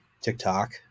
TikTok